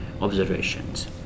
observations